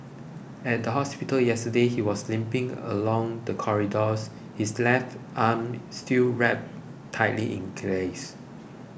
at the hospital yesterday he was limping along the corridors his left arm still wrapped tightly in graze